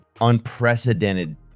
unprecedented